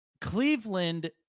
Cleveland